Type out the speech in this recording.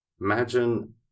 imagine